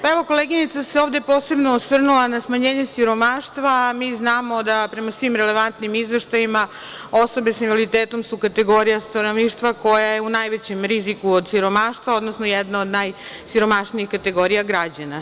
Pa, evo koleginica se ovde posebno osvrnula na smanjenje siromaštva, a mi znamo da prema svim relevantnim izveštajima osobe sa invaliditetom su kategorija stanovništva koja je u najvećoj meri u riziku od siromaštva, odnosno jedna od najsiromašnijih kategorija građana.